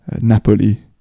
Napoli